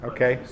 Okay